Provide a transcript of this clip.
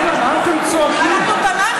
מה אתם צורחים פה?